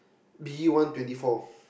B one twenty four